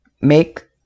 make